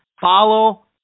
follow